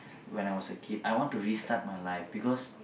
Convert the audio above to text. when I was a kid I want to restart my life because